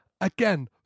again